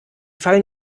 fallen